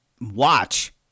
watch